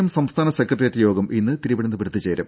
M സംസ്ഥാന secretariat യോഗം ഇന്ന് തിരുവനന്തപുരത്ത് ചേരും